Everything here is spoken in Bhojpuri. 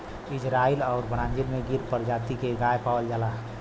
इजराइल आउर ब्राजील में गिर परजाती के गाय पावल जाला